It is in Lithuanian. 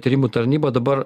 tyrimų tarnyba dabar